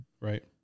right